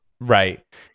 Right